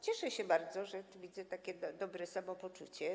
Cieszę się bardzo, że widzę tu tak dobre samopoczucie.